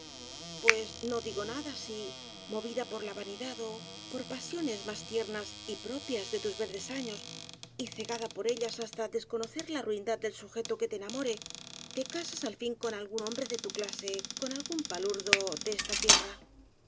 pues no digo nada si mo vida por la vanidad ó por pasiones más tiernas y propias de tus verdes años y cegada por ellas has ta desconocer la ruindad del sujeto que te enamo re te casas al fin con un hombre de tu clase con algún palurdo de esta tierra